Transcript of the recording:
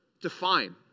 define